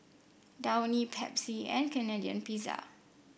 Downy Pepsi and Canadian Pizza